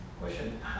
Question